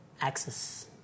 access